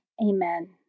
Amen